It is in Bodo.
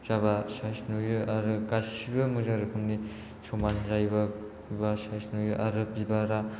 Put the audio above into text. जाबा सामायना नुयो आरो गासिबो मोजां रोखोमनि समान जायोबा बा समायना नुयो आरो बिबारा